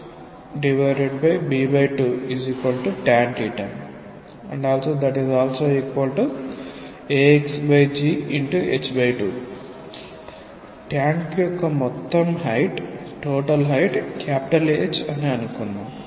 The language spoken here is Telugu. hb2tanaxgh2 ట్యాంక్ యొక్క మొత్తం హైట్ H అని అనుకుందాం